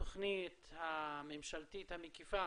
התוכנית הממשלתית המקיפה